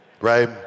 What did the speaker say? right